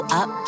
up